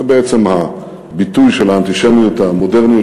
זה בעצם ביטוי של האנטישמיות המודרנית,